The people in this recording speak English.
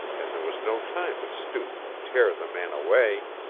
and there was no time to stoop and tear the man away.